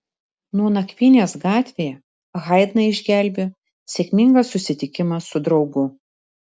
nuo nakvynės gatvėje haidną išgelbėjo sėkmingas susitikimas su draugu